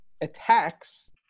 attacks